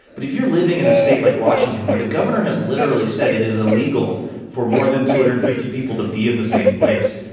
but if you're living in a state like washington, where the governor has literally said it is illegal for more than two hundred and fifty people to be in the same place,